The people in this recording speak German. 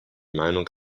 meinung